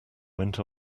went